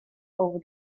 over